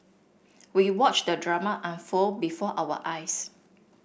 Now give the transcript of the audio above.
we watched the drama unfold before our eyes